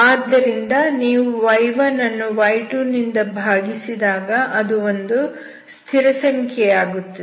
ಆದ್ದರಿಂದ ನೀವು y1 ಅನ್ನು y2 ನಿಂದ ಭಾಗಿಸಿದಾಗ ಅದು ಒಂದು ಸ್ಥಿರಸಂಖ್ಯೆಯಾಗುತ್ತದೆ